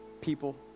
people